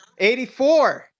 84